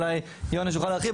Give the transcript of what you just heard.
אולי יונש יוכל להרחיב,